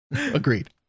agreed